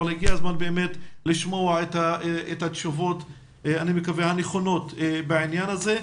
ודאי שעכשיו לשמוע את התשובות הנכונות בעניין הזה.